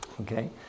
Okay